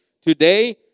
today